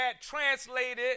translated